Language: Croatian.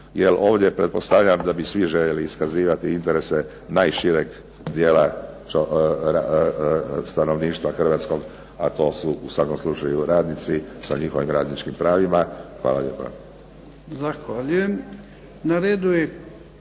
ovdje pretpostavljam da bi svi željeli iskazivati interese najšireg dijela stanovništva hrvatskog a to su u svakom slučaju radnici sa njihovim radničkim pravima. Hvala lijepa.